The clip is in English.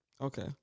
Okay